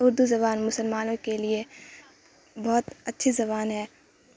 اردو زبان مسلمانوں کے لیے بہت اچھی زبان ہے